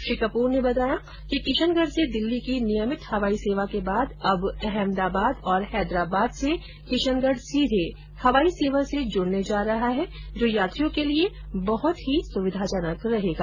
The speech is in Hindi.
श्री कपूर ने बताया कि किशनगढ़ से दिल्ली की नियमित हवाई सेवा के बाद अब अहमदाबाद और हैदराबाद से किशनगढ़ सीधे हवाई सेवा से जुड़ने जा रहा है जो यात्रियों के लिए बहुत ही सुविधाजनक रहेगा